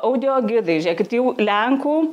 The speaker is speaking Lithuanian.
audiogidai žiūrėkit jau lenkų